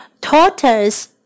Tortoise